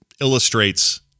illustrates